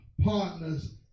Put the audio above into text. partners